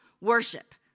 worship